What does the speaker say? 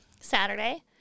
Saturday